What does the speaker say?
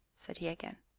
said he again.